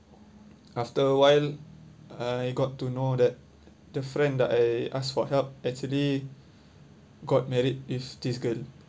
after a while I got to know that the friend that I ask for help actually got married with this girl